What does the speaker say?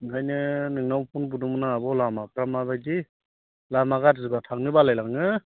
ओंखायनो नोंनाव फ'न बुदोंमोन आं आब' लामाफ्रा मा बायदि लामा गाज्रिबा थांनो बालाय लाङो